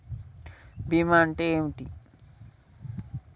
బీమా అంటే ఏమిటి?